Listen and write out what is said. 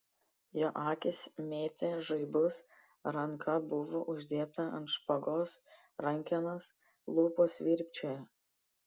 jo akys mėtė žaibus ranka buvo uždėta ant špagos rankenos lūpos virpčiojo